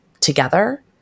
together